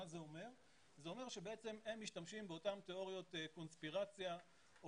זה אומר שבעצם הם משתמשים באותן תיאוריות קונספירציה או